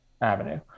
avenue